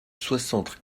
soixante